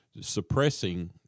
suppressing